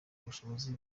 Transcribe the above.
ubushobozi